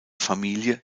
familie